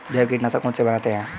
जैविक कीटनाशक कैसे बनाते हैं?